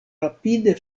rapide